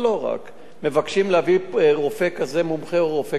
מבקש להביא רופא כזה מומחה או רופא כזה מומחה,